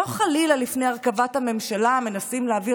לא חלילה לפני הרכבת הממשלה מנסים להעביר